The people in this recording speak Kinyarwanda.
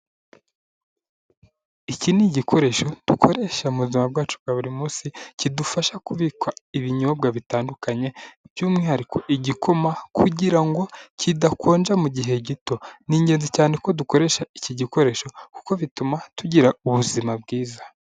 Iki ni igikoresho dukoresha mu buzima bwacu bwa buri munsi kidufasha kubika ibinyobwa bitandukanye by'umwihariko igikoma kugira ngo kidakonja mu gihe gito ni ingenzi cyane ko dukoresha iki gikoresho kuko bituma tugira ubuzima bwiza.